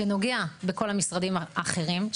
שנוגע בכל המשרדים האחרים,